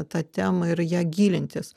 tą temą ir į ją gilintis